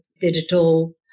digital